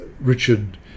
Richard